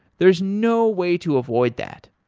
there is no way to avoid that.